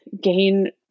gain